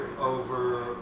over